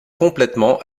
complètement